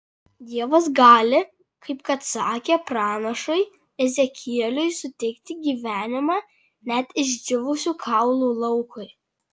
dievas gali kaip kad sakė pranašui ezekieliui suteikti gyvenimą net išdžiūvusių kaulų laukui